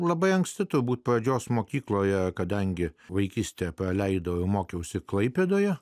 labai anksti turbūt pradžios mokykloje kadangi vaikystę praleidau mokiausi klaipėdoje